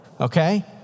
okay